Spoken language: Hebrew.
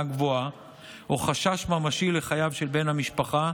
גבוהה או חשש ממשי לחייו של בן המשפחה,